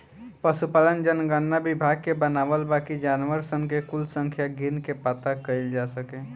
पसुपालन जनगणना विभाग के बनावल बा कि जानवर सन के कुल संख्या गिन के पाता कइल जा सके